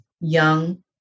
young